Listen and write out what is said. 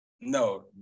No